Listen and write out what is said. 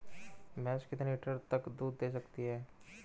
भैंस कितने लीटर तक दूध दे सकती है?